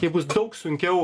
jai bus daug sunkiau